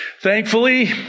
Thankfully